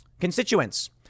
constituents